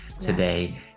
today